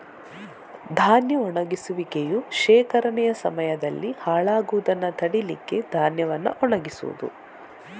ಧಾನ್ಯ ಒಣಗಿಸುವಿಕೆಯು ಶೇಖರಣೆಯ ಸಮಯದಲ್ಲಿ ಹಾಳಾಗುದನ್ನ ತಡೀಲಿಕ್ಕೆ ಧಾನ್ಯವನ್ನ ಒಣಗಿಸುದು